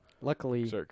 luckily